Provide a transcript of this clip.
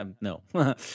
No